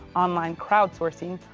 online crowdsourcing,